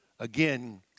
Again